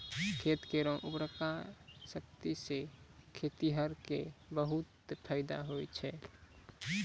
खेत केरो उर्वरा शक्ति सें खेतिहर क बहुत फैदा होय छै